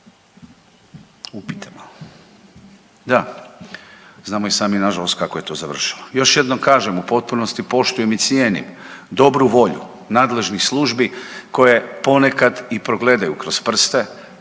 Upijte malo. Da, znamo i sami nažalost kako je to završilo. Još jednom kažem, u potpunosti poštujem i cijenim dobru volju nadležnih službi koje ponekad i progledaju kroz prste.